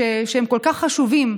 שהם כל כך חשובים,